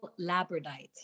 labradorite